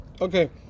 Okay